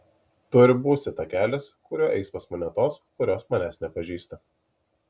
tu ir būsi takelis kuriuo eis pas mane tos kurios manęs nepažįsta